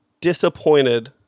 disappointed